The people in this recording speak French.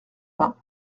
vingt